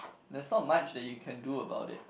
there's not much that you can do about it